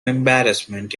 embarrassment